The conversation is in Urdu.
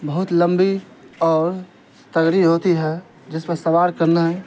بہت لمبی اور تگڑی ہوتی ہے جس پر سوار کرنا